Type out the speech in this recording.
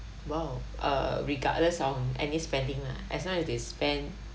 !wow! err regardless of any spending lah as long as they spend